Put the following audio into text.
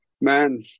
Man